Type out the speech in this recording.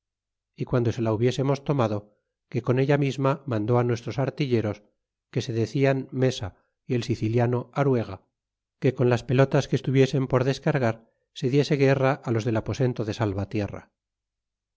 y guando se la hubiésemos tomado que con ella misma mandó nuestros artilleros que se decian mesa y el siciliano aruega que con las pelotas que estuviesen por descargar se diese guerra los del aposento de salvatierra